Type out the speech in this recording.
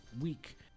week